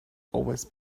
always